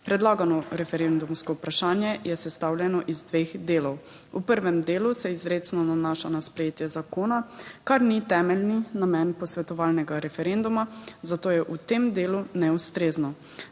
predlagano. Referendumsko vprašanje je sestavljeno iz dveh delov. V prvem delu se izrecno nanaša na sprejetje zakona, kar ni temeljni namen posvetovalnega referenduma, zato je v tem delu neustrezno.